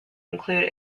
include